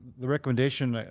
the recommendation,